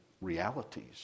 realities